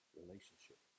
relationship